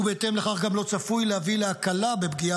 ובהתאם לכך גם לא צפוי להביא להקלה בפגיעה